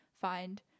find